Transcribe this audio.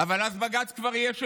אז בג"ץ כבר יהיה שלנו.